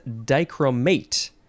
dichromate